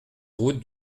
route